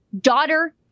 daughter